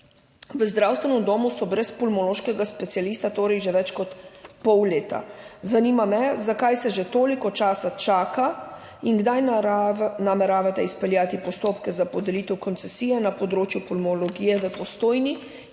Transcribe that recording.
V zdravstvenem domu so brez pulmološkega specialista torej že več kot pol leta. Zanima me: Zakaj se že toliko časa čaka? Kdaj nameravate izpeljati postopke za podelitev koncesije na področju pulmologije v Postojni,